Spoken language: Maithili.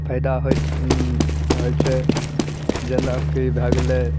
फैदा होइ होइ छै जेनाकि भए गेलै